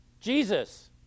Jesus